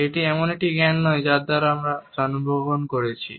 এটি এমন একটি জ্ঞান নয় যার সাথে আমরা জন্মগ্রহণ করেছি